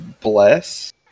Bless